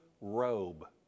robe